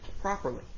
properly